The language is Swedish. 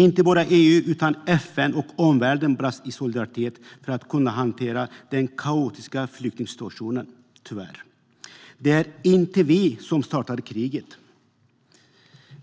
Inte bara EU utan även FN och omvärlden brast tyvärr i solidaritet när det gällde att kunna hantera den kaotiska flyktingsituationen. Det var inte Sverige som startade kriget,